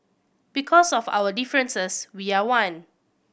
because of our differences we are one